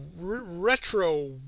retro